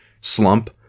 slump